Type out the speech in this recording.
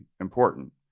important